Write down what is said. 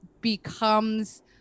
becomes